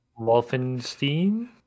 Wolfenstein